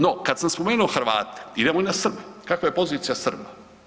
No, kad sam spomenuo Hrvate idemo na Srbe, kakva je pozicija Srba.